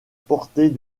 portée